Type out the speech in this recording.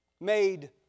Made